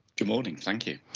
good morning, thank you.